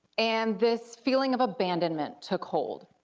and this feeling of abandonment took hold.